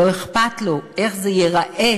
לא אכפת לו איך זה ייראה